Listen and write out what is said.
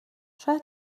شاید